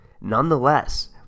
Nonetheless